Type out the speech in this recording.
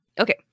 Okay